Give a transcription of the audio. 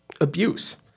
abuse